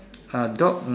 a dog